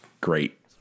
great